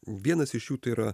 vienas iš jų tai yra